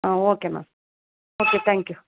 ಹಾಂ okay ma'am okay thank you